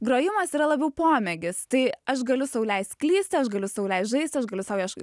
grojimas yra labiau pomėgis tai aš galiu sau leist klysti aš galiu sau leist žaist aš galiu sau ieško